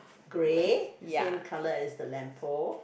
grey same colour as the lamp pole